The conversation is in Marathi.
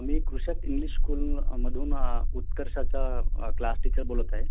मी कृषत इंग्लिश स्कूलमधून उत्कर्षाचा क्लास टीचर बोलत आहे